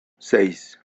seis